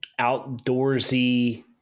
outdoorsy